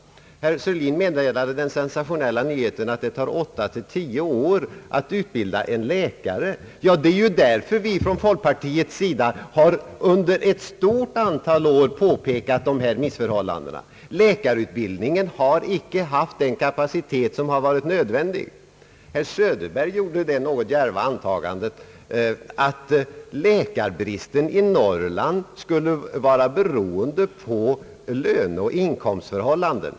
Herr Sörlin meddelade den »sensationella nyheten» att det tar 8—10 år att utbilda en läkare. Ja, det är ju därför som vi från folkpartiet under ett stort antal år har påpekat dessa missförhållanden. Läkarutbildningen har inte haft den kapacitet som har varit nödvändig. Herr Söderberg gjorde det något djärva uttalandet att läkarbristen i Norrland skulle vara helt beroende av löneoch inkomstförhållanden.